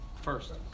first